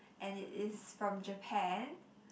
and it is from Japan